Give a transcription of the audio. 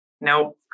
Nope